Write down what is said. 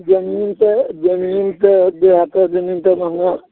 जमीन तऽ जमीन तऽ जे हेतऽ जमीन तऽ